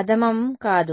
అధమము కాదు